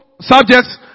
subjects